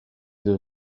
dut